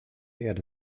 erde